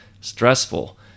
stressful